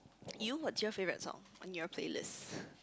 you what's your favourite song on your playlist